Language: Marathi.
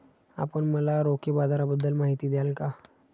आपण मला रोखे बाजाराबद्दल माहिती द्याल का?